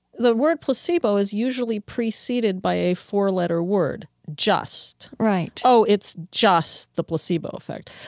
the word placebo is usually preceded by a four-letter word just. right oh, it's just the placebo effect.